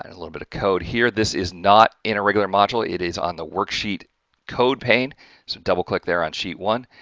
and a little bit of code here. this is not in a regular module. it is on the worksheet code pane, so double click there on sheet one.